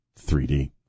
3D